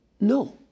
No